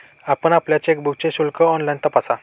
आपण आपल्या चेकबुकचे शुल्क ऑनलाइन तपासा